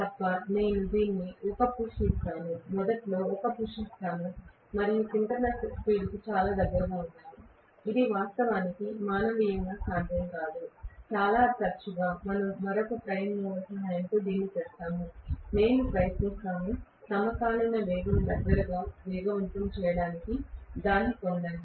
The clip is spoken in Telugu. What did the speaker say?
తప్ప నేను దీనికి ఒక పుష్ ఇస్తాను మొదట్లో నేను ఒక పుష్ ఇస్తాను మరియు సింక్రోనస్ స్పీడ్కు చాలా దగ్గరగా ఉన్నాను ఇది వాస్తవానికి మానవీయంగా సాధ్యం కాదు చాలా తరచుగా మనం మరొక ప్రైమ్ మూవర్ సహాయంతో దీన్ని చేస్తాము మేము ప్రయత్నిస్తాము సమకాలిక వేగానికి దగ్గరగా వేగవంతం చేయడానికి దాన్ని పొందండి